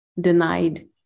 denied